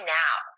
now